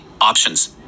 options